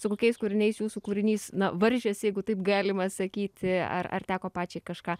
su kokiais kūriniais jūsų kūrinys na varžėsi jeigu taip galima sakyti ar ar teko pačiai kažką